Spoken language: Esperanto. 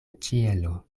ĉielo